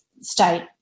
state